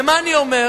ומה אני אומר?